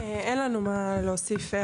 אין לנו מה להוסיף.